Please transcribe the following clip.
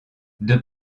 deux